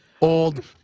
old